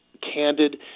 candid